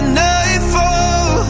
nightfall